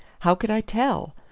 how could i tell?